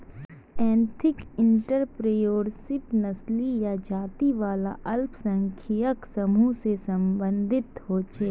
ethnic entrepreneurship नस्ली या जाती वाला अल्पसंख्यक समूह से सम्बंधित होछे